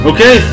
Okay